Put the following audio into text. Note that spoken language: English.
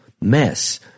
mess